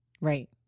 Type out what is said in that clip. Right